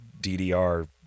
DDR